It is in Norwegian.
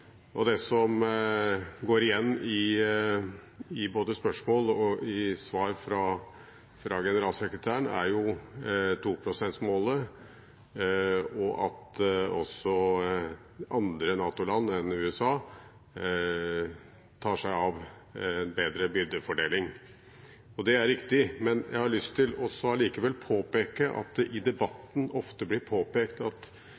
etterkant. Det som går igjen både i spørsmål og i svar fra generalsekretæren, er 2 pst.-målet, og at også andre NATO-land enn USA tar seg av en bedre byrdefordeling. Det er riktig, men jeg har likevel lyst til å påpeke at det i debatten ofte blir påpekt at